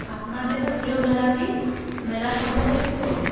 আপনার দেখা প্রিয় মেলা কী মেলা সম্পর্কে একটু বলুন